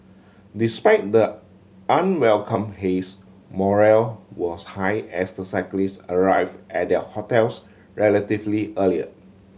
despite the unwelcome haze morale was high as the cyclist arrive at their hotels relatively early